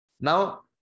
Now